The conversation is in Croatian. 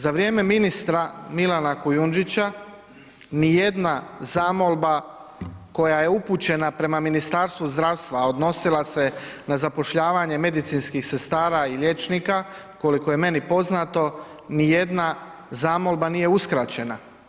Za vrijeme ministra Milana Kujundžića ni jedna zamolba koja je upućena prema Ministarstvu zdravstva, a odnosila se na zapošljavanje medicinskih sestara i liječnika, koliko je meni poznato, ni jedna zamolba nije uskraćena.